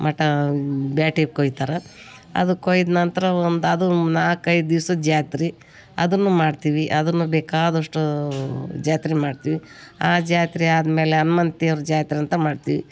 ಮಟಾ ಬೇಟಿ ಕೊಯ್ತಾರೆ ಅದು ಕೊಯ್ದ ನಂತರ ಒಂದು ಅದು ಒಂದು ನಾಲ್ಕು ಐದು ದಿವ್ಸದ ಜಾತ್ರೆ ಅದನ್ನು ಮಾಡ್ತೀವಿ ಅದನ್ನು ಬೇಕಾದಷ್ಟು ಜಾತ್ರೆ ಮಾಡ್ತೀವಿ ಆ ಜಾತ್ರೆ ಆದಮೇಲೆ ಹನ್ಮಂತ ದೇವ್ರ ಜಾತ್ರೆ ಅಂತ ಮಾಡ್ತೀವಿ